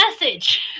message